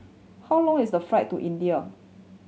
how long is the flight to India